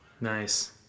nice